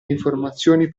informazioni